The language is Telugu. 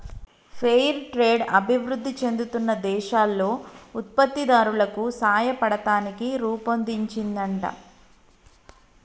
ఫెయిర్ ట్రేడ్ అభివృధి చెందుతున్న దేశాల్లో ఉత్పత్తి దారులకు సాయపడతానికి రుపొన్దించిందంట